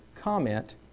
comment